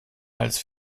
als